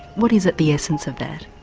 what is at the essence of that?